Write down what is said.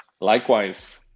Likewise